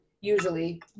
usually